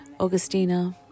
Augustina